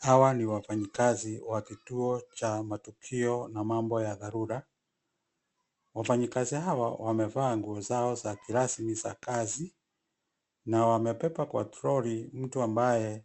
Hawa ni wafanyikazi wa kituo cha matukio na mambo ya dharura. Wafanyikazi hawa wamevaa nguo zao za kirasmi za kazi na wamebeba kwa trolley mtu ambaye